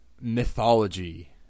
mythology